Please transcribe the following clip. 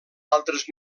altres